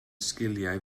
sgiliau